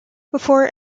before